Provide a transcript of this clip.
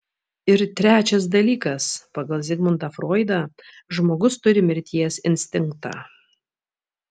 ir trečias dalykas pagal zigmundą froidą žmogus turi mirties instinktą